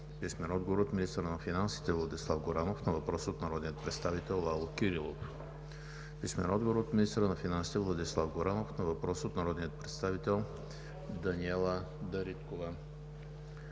Гьоков; - министъра на финансите Владислав Горанов на въпрос от народния представител Лало Кирилов; - министъра на финансите Владислав Горанов на въпрос от народния представител Даниела Дариткова;